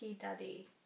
daddy